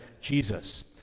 Jesus